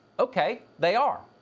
okay, they are.